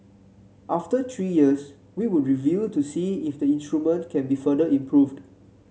after three years we would review to see if the instrument can be further improved